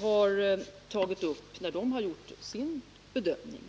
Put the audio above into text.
har pekat på när den har gjort sin bedömning.